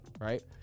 right